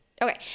Okay